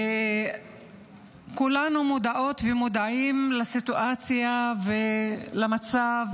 וכולנו מודעות ומודעים לסיטואציה ולמצב